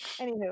Anywho